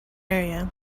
area